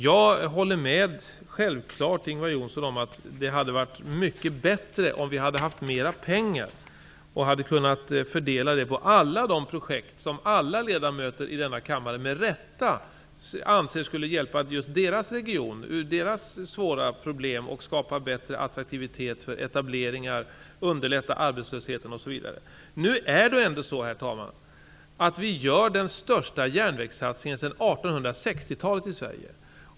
Jag håller självklart med Ingvar Johnsson om att det hade varit mycket bättre om vi hade haft mer pengar och hade kunnat fördela dem på alla de projekt som alla ledamöter i denna kammare med rätta anser skulle hjälpa deras region ur svåra problem, skapa bättre attraktivitet för etableringar, underlätta arbetslösheten, osv. Nu gör vi ändå, herr talman, den största järnvägssatsningen sedan 1860-talet i Sverige.